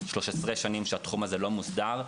13 שנים שהתחום הזה לא מוסדר,